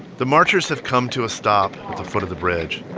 the marchers have come to a stop at the foot of the bridge